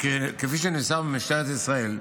כפי שנמסר ממשטרת ישראל,